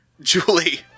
Julie